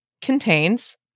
contains